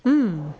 mm